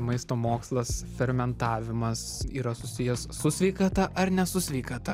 maisto mokslas fermentavimas yra susijęs su sveikata ar ne su sveikata